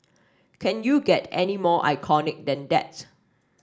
can you get any more iconic than that